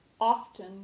often